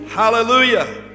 Hallelujah